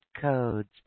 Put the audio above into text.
codes